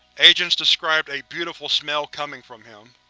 agents described a beautiful smell coming from him.